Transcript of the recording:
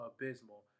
abysmal